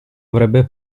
avrebbe